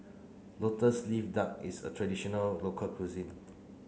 lotus leaf duck is a traditional local cuisine